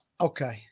Okay